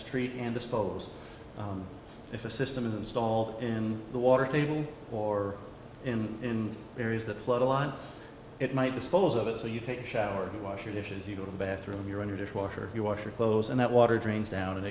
treat and dispose if a system of the stall in the water table or in areas that flood a lot of it might dispose of it so you take a shower wash your dishes you go to the bathroom you're on your dishwasher you wash your clothes and that water drains down and